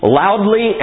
loudly